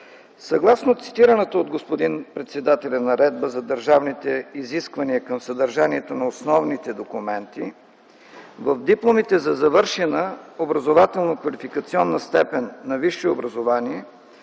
съгласно цитираната от господин председателя Наредба за държавните изисквания към съдържанието на основните документи в дипломите за завършена образователно-квалификационна степен на висше образование